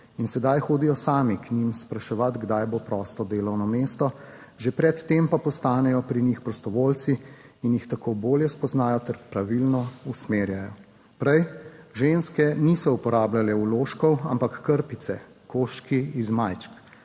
in sedaj hodijo sami k njim spraševat, kdaj bo prosto delovno mesto, že pred tem pa postanejo pri njih prostovoljci in jih tako bolje spoznajo ter pravilno usmerjajo. Prej ženske niso uporabljale vložkov, ampak krpice, koščke iz majčk,